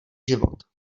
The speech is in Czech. život